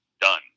done